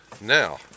Now